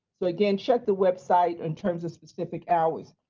so again check the website in terms of specific hours.